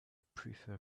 prefer